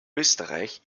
österreich